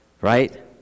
right